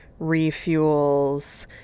refuels